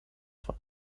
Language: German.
von